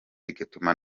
bigatuma